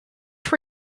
were